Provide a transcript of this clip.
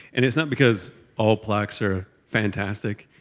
and it's not because all plaques are fantastic.